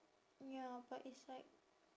ya but it's like